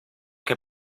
que